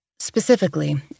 Specifically